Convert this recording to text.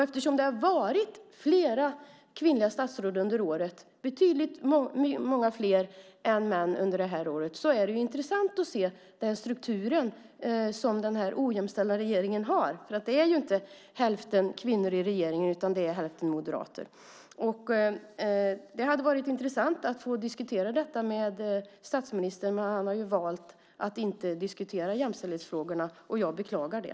Eftersom det har varit många kvinnliga statsråd som har fått avgå under året - betydligt fler än män under det här året - är det intressant att se strukturen i denna ojämställda regering. Det är inte hälften kvinnor i regeringen, utan det är hälften moderater. Det hade varit intressant att få diskutera detta med statministern, men han har ju valt att inte diskutera jämställdhetsfrågorna, och jag beklagar det.